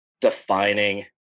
defining